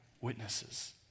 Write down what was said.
witnesses